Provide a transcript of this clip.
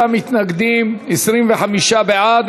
53 מתנגדים, 25 בעד.